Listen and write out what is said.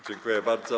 Dziękuję bardzo.